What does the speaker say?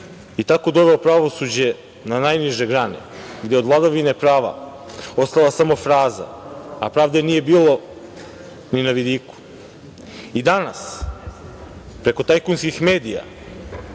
i tako doveo pravosuđe na najniže grane, gde je od vladavine prava ostala samo fraza, a pravde nije bilo ni na vidiku.I danas preko tajkunskih medija